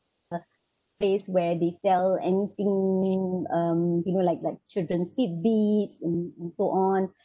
uh place where they sell anything um do you know like like children's tidbits and and so on